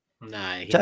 No